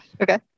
Okay